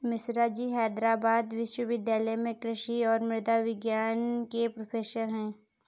मिश्राजी हैदराबाद विश्वविद्यालय में कृषि और मृदा विज्ञान के प्रोफेसर हैं